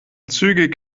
zügig